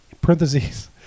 parentheses